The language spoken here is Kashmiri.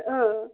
ٲں ٲں